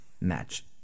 match